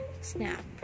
snap